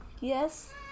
Yes